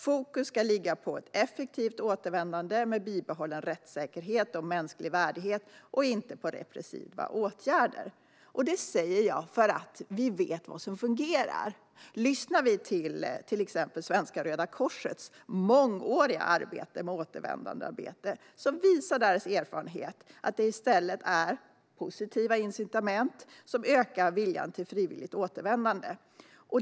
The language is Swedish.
Fokus ska ligga på ett effektivt återvändande med bibehållen rättssäkerhet och mänsklig värdighet och inte på repressiva åtgärder. Detta säger jag för att vi vet vad som fungerar. Vi kan lyssna till Svenska Röda Korsets mångåriga arbete med återvändande. Deras erfarenheter visar att det i stället är positiva incitament som ökar viljan till frivilligt återvändande.